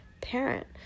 parent